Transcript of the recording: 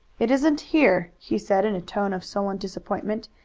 it isn't here! he said in a tone of sullen disappointment,